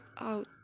out